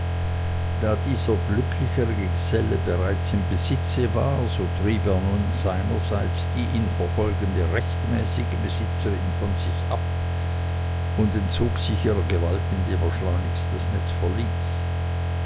da dieser glücklichere geselle bereits im besitze war so trieb er nun seinerseits die ihn verfolgende rechtmäßige besitzerin von sich ab und entzog sich ihrer gewalt indem er schleunigst das netz verließ